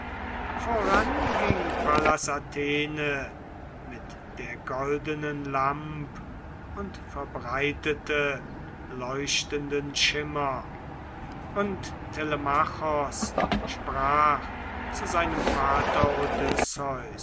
voran ging pallas athene mit der goldenen lamp und verbreitete leuchtenden schimmer und telemachos sprach zu seinem vater